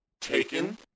taken